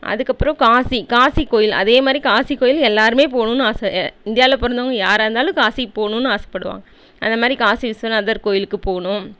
அதுக்கப்புறம் காசி காசி கோயில் அதே மாதிரி காசி கோயில் எல்லோருமே போகணுன்னு ஆசை இந்தியாவில் பிறந்தவங்க யாராக இருந்தாலும் காசிக்கு போகணுன்னு ஆசைப்படுவாங்க அந்த மாதிரி காசி விஸ்வநாதர் கோயிலுக்கு போகணும்